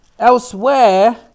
Elsewhere